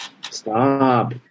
Stop